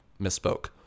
misspoke